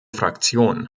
fraktion